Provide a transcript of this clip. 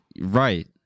right